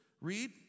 Read